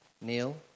Neil